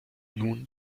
nun